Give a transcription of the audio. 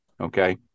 okay